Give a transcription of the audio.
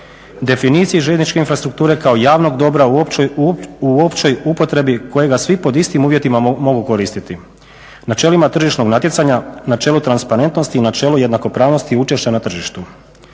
definicije željezničke infrastrukture kao javnog dobra u općoj upotrebi kojega svi pod istim uvjetima mogu koristiti, načelima tržišnog natjecanja, načelo transparentnosti i načelo jednakopravnosti učešća na tržištu.